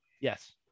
Yes